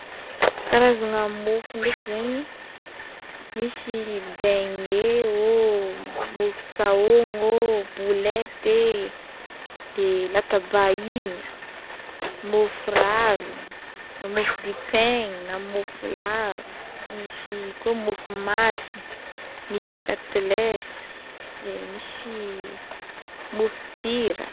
Karazagna mofo ndraiky zegny misy beignet o, mofo sahogno o boulette e de latabaigny, mofo ravigny, na mofo dipaigny na mofo lava misy koa mofo masigny, misy katlesse de misy mofo sira.